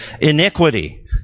iniquity